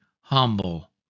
humble